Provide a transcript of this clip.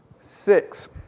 six